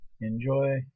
Enjoy